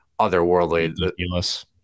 otherworldly